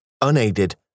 unaided